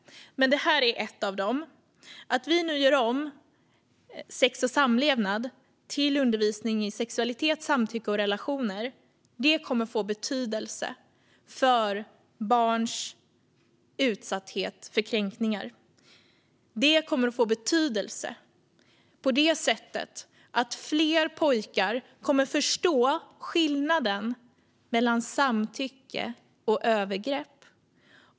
Men det här är en sådan gång. Att vi nu gör om ämnet sex och samlevnad till undervisning i sexualitet, samtycke och relationer kommer att få betydelse för barns utsatthet för kränkningar. Det kommer att få betydelse på det sättet att fler pojkar kommer att förstå skillnaden mellan samtycke och övergrepp.